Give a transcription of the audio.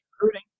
recruiting